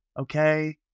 Okay